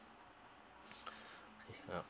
ya